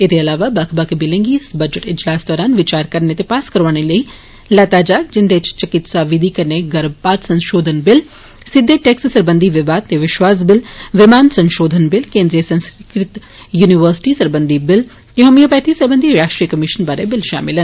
एह्दे अलावा बक्ख बक्ख बिलें गी इस बजट इजलासै दौरान विचार करने ते पास करोआने लेई लैता जाग जिंदे च चिकित्सा विधि कन्नै गर्भपात संषोधन बिल सिद्दे टैक्स सरबंधी विवाद से विष्वास बिल विमान संषोधन बिल केन्द्री संस्कृत य्निवर्सिटिएं सरबंधी बिल ते होम्योपैथी सरबंधी राश्ट्री कमिशन बारै बिल षामल न